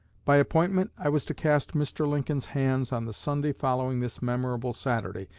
by appointment, i was to cast mr. lincoln's hands on the sunday following this memorable saturday,